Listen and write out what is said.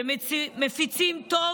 שמפיצים טוב